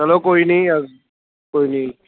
ਚਲੋ ਕੋਈ ਨਹੀਂ ਕੋਈ ਨਹੀਂ